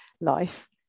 life